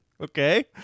Okay